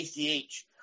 ACH